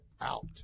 out